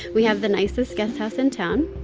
we have the nicest guesthouse in town.